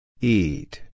Eat